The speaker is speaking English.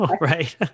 Right